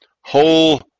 whole